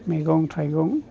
मैगं थाइगं